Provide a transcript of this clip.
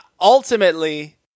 Ultimately